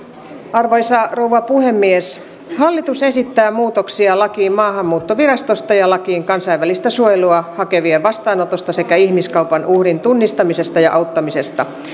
arvoisa rouva puhemies hallitus esittää muutoksia lakiin maahanmuuttovirastosta ja lakiin kansainvälistä suojelua hakevien vastaanotosta sekä ihmiskaupan uhrin tunnistamisesta ja auttamisesta